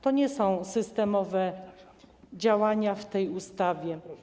To nie są systemowe działania w tej ustawie.